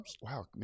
Wow